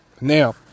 Now